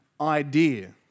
idea